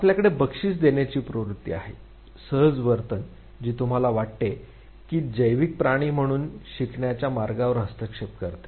आपल्याकडे बक्षीस देण्याची प्रवृत्ती आहे सहज वर्तन जी तुम्हाला वाटते की जैविक प्राणी म्हणून शिकण्याच्या मार्गावर हस्तक्षेप करते